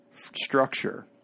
structure